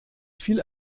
viel